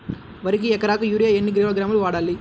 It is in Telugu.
వరికి ఎకరాకు యూరియా ఎన్ని కిలోగ్రాములు వాడాలి?